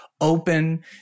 open